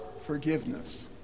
forgiveness